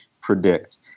predict